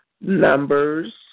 Numbers